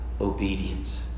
obedience